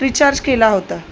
recharge केला होता